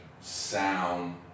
sound